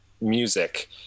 music